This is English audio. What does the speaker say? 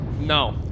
no